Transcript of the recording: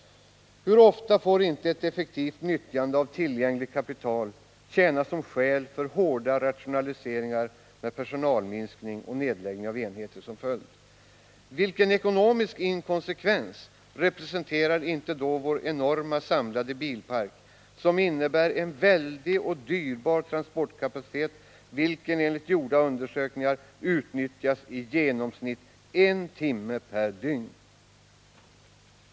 Hur ofta får inte ett effektivt nyttjande av tillgängligt kapital tjäna som skäl för hårda rationaliseringar med personalminskning och nedläggning av enheter som följd? Vilken ekonomisk inkonsekvens representerar inte då vår enorma samlade bilpark, som innebär en väldig och dyrbar transportkapacitet, vilken enligt gjorda undersökningar utnyttjas i genomsnitt en timme per dygn?